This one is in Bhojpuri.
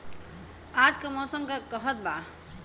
आज क मौसम का कहत बा?